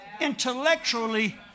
Intellectually